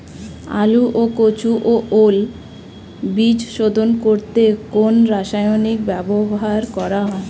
আলু ও কচু ও ওল বীজ শোধন করতে কোন রাসায়নিক ব্যবহার করা হয়?